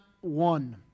one